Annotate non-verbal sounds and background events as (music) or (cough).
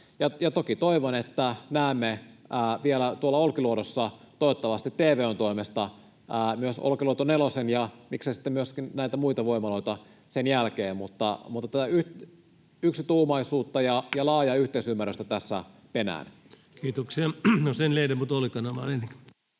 toki toivon, että näemme vielä tuolla Olkiluodossa, toivottavasti TVO:n toimesta, myös Olkiluoto nelosen ja miksei sitten myöskin näitä muita voimaloita sen jälkeen. Mutta tätä yksituumaisuutta (noise) ja laajaa yhteisymmärrystä tässä penään. [Speech 206] Speaker: Ensimmäinen varapuhemies